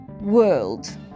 world